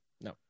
No